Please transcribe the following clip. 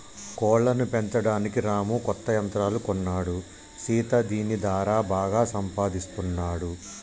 కోళ్లను పెంచడానికి రాము కొత్త యంత్రాలు కొన్నాడు సీత దీని దారా బాగా సంపాదిస్తున్నాడు